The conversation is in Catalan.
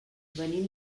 venim